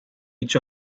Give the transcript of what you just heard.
each